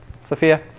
Sophia